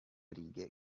righe